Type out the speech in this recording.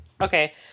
Okay